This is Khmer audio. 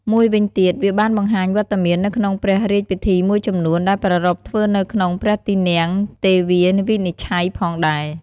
មួយវិញទៀត វាបានបង្ហាញវត្តមាននៅក្នុងព្រះរាជពិធីមួយចំនួនដែលប្រារព្ធធ្វើនៅក្នុងព្រះទីនាំងទេវាវិនិច្ឆ័យផងដែរ។